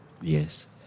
Yes